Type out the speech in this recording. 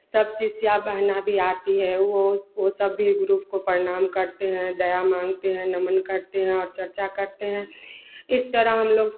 सब शिष्य बहना भी आती हैं वह वह सब भी गुरु को प्रणाम करते हैं दया मांगते हैं नमन करते हैं और चर्चा करते हैं इस तरह हम लोग